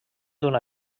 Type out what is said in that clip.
una